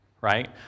right